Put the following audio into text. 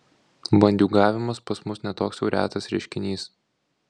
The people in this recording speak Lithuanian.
bandiūgavimas pas mus ne toks jau retas reiškinys